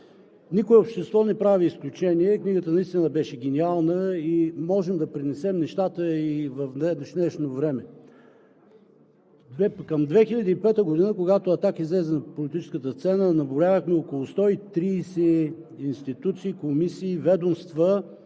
Никое общество не прави изключение. Книгата наистина беше гениална и можем да пренесем нещата в днешно време. Към 2005 г., когато „Атака“ излезе на политическата сцена, изброявахме около 130 институции, комисии, ведомства,